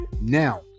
now